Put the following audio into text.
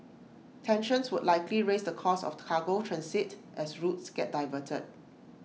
tensions would likely raise the cost of cargo transit as routes get diverted